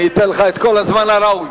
אני אתן לך את כל הזמן הראוי.